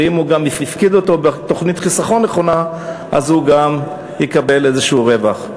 ואם הוא גם הפקיד אותו בתוכנית חיסכון נכונה הוא גם יקבל איזשהו רווח.